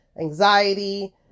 Anxiety